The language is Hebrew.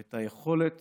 ואת היכולת